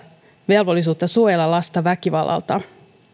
velvollisuutta suojella lasta väkivallalta